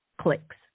clicks